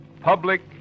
Public